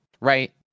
Right